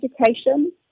education